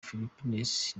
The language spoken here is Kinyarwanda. philippines